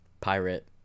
pirate